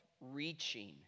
reaching